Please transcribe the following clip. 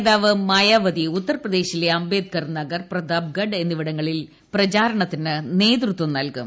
നേതാവ് മായാവതി ഉത്തർപ്രദേശിലെ അംബേദ്കർ നഗർ പ്രതാബ്ഗഢ് എന്നിവിടങ്ങളിൽ പ്രചാരണത്തിന് നേതൃത്വം നൽകും